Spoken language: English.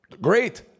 Great